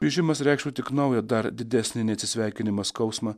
grįžimas reikštų tik naują dar didesnį neatsisveikinimą skausmą